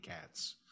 cats